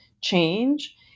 change